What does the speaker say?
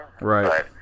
Right